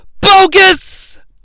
bogus